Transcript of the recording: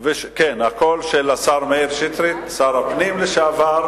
כן, הקול של השר מאיר שטרית, שר הפנים לשעבר.